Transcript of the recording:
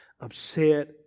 upset